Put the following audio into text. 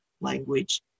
language